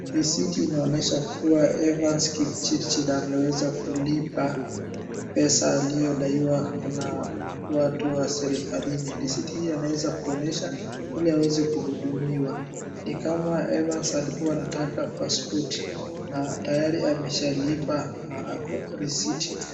Risiti inaonyesha kuwa Evans Kipchirchir ameweza kulipa pesa aliodaiwa na watu wa serekalini, risiti hii anaeza kuonyesha ili aweze kuhudumiwa ni kama Evans alikuwa anataka passpoti na tayari ashalipa na akona risiti.